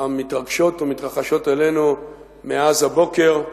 המתרגשות ומתרחשות עלינו מאז הבוקר,